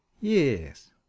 Yes